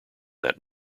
that